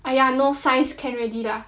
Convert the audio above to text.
!aiya! no science can already lah